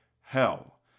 hell